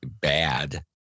bad